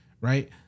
right